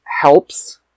helps